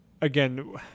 again